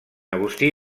agustí